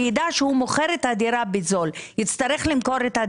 ויידע שהוא מוכר את הדירה בזול יש